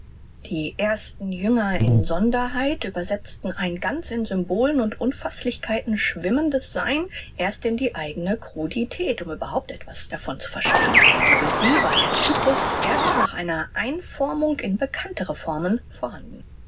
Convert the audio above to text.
die ersten jünger in sonderheit übersetzten ein ganz in symbolen und unfaßlichkeiten schwimmendes sein erst in die eigne crudität um überhaupt etwas davon zu verstehn für sie war der typus erst nach einer einformung in bekanntere formen vorhanden